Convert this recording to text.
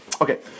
Okay